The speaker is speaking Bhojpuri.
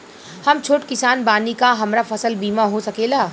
हम छोट किसान बानी का हमरा फसल बीमा हो सकेला?